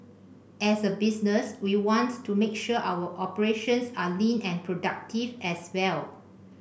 as a business we want to make sure our operations are lean and productive as well